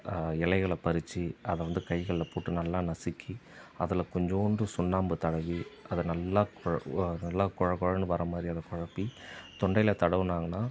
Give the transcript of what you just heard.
இலைகள பறித்து அதைவந்து கைகளில் போட்டு நல்லா நசுக்கி அதில் கொஞ்சோண்டு சுண்ணாம்பு தடவி அதை நல்லா கொ நல்லா குழ குழன்னு வர்ற மாதிரி அதை குழப்பி தொண்டையில் தடவுனாங்கனால்